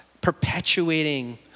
perpetuating